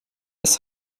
ist